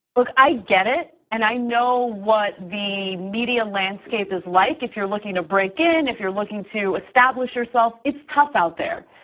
look. i get it and i know what the media landscape is like if you're looking to break in, if you're looking to establish yourself, it's tough out there.